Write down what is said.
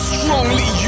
Strongly